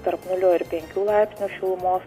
tarp nulio ir penkių laipsnių šilumos